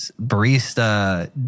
barista